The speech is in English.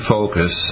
Focus